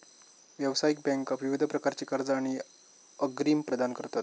व्यावसायिक बँका विविध प्रकारची कर्जा आणि अग्रिम प्रदान करतत